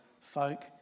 folk